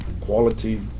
quality